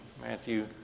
Matthew